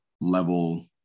level